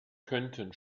könnten